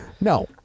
No